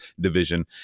division